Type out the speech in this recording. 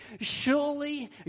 Surely